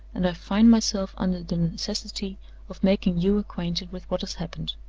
and i find myself under the necessity of making you acquainted with what has happened.